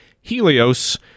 Helios